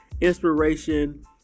inspiration